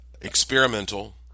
experimental